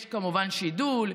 יש כמובן שידול.